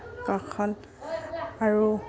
কখণ আৰু